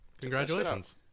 Congratulations